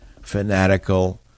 fanatical